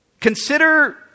Consider